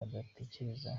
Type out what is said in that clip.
badatekereza